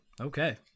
Okay